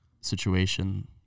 situation